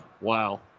wow